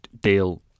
deal